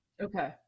okay